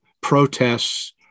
protests